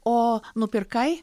o nupirkai